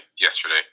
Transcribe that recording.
yesterday